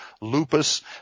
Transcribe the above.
lupus